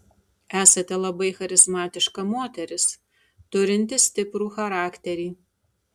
esate labai charizmatiška moteris turinti stiprų charakterį